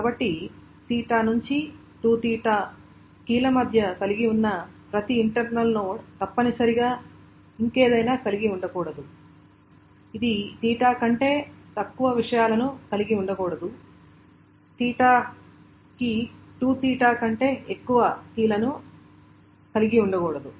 కాబట్టి 𝚹 నుండి 2𝚹 కీల మధ్య కలిగి ఉన్న ప్రతి ఇంటర్నల్ నోడ్ తప్పనిసరిగా ఇంకేదైనా కలిగి ఉండకూడదు ఇది 𝚹 కంటే తక్కువ విషయాలను కలిగి ఉండకూడదు 𝚹 కీ 2𝚹 కంటే ఎక్కువ కీలను కలిగి ఉండకూడదు